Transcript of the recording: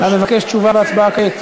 אתה מבקש תשובה והצבעה כעת?